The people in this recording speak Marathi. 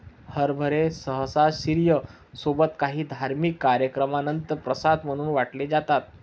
हरभरे सहसा शिर्या सोबत काही धार्मिक कार्यक्रमानंतर प्रसाद म्हणून वाटले जातात